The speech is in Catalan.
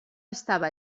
estava